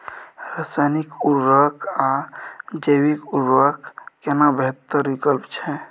रसायनिक उर्वरक आ जैविक उर्वरक केना बेहतर विकल्प छै?